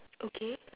okay